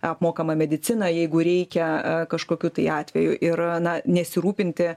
apmokamą mediciną jeigu reikia kažkokiu tai atveju ir na nesirūpinti